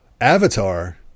Avatar